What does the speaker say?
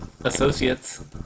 Associates